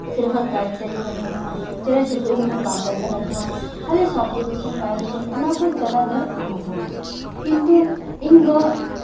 ᱪᱮᱫ ᱞᱮᱠᱟ ᱜᱟᱪᱷ ᱫᱟᱨᱮ ᱵᱟᱹᱱᱩᱜᱼᱟ ᱪᱮᱬᱮ ᱪᱩᱲᱜᱩᱡ ᱦᱚᱸ ᱩᱱᱟᱹᱜ ᱵᱟᱢ ᱧᱮᱞ ᱫᱟᱲᱮᱭᱟᱠᱚᱣᱟ ᱠᱷᱟᱹᱞᱤ ᱥᱚᱵᱫᱚ ᱫᱷᱩᱥᱚᱱ ᱵᱟᱹᱭᱩ ᱫᱷᱩᱥᱚᱱ ᱚᱱᱟ ᱠᱚ ᱡᱟᱜᱟᱫᱟᱨ ᱟᱢ ᱧᱟᱢ ᱟᱢ ᱠᱤᱱᱛᱩ ᱤᱧ ᱫᱚ